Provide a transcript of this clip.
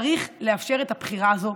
צריך לאפשר את הבחירה הזו.